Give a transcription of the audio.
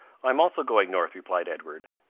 i am also going north, replied edward,